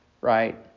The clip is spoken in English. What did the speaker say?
right